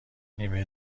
نیمه